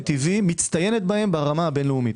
טבעי מצטיינת בהם ברמה הבין-לאומית.